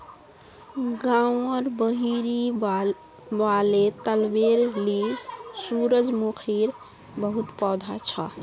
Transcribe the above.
गांउर बहिरी वाले तलबेर ली सूरजमुखीर बहुत पौधा छ